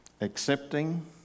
accepting